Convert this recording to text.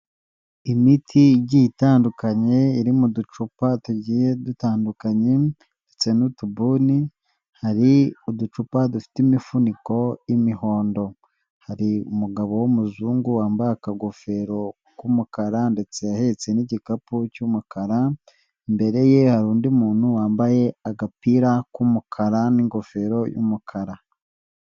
Imiti igiye itandukanye iri mu ducupa tugiye dutandukanye ndetse n'utubuni, hari uducupa dufite imifuniko y'imihondo, hari umugabo w'umuzungu wambaye akagofero k'umukara ndetse yahetse n'igikapu cy'umukara, imbere ye hari undi muntu wambaye agapira k'umukara n'ingofero y'umukara.